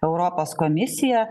europos komisiją